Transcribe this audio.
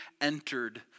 entered